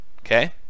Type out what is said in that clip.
Okay